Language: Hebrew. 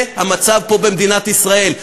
זה המצב פה במדינת ישראל,